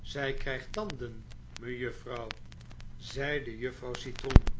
zij krijgt tanden mevrouw zeide juffrouw citroen